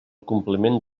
compliment